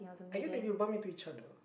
I get if you bump into each other